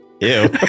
Ew